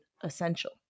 essential